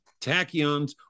Tachyons